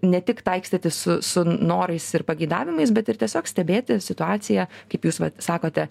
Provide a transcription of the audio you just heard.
ne tik taikstytis su su norais ir pageidavimais bet ir tiesiog stebėti situaciją kaip jūs va sakote